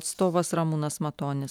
atstovas ramūnas matonis